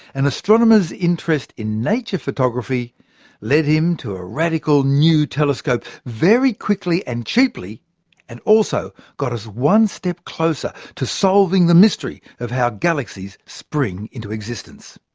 an astronomer's interest in nature photography led him to a radical new telescope very quickly and cheaply and also got us one step closer to solving the mystery of how galaxies spring into existence.